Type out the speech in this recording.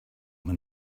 when